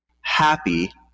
happy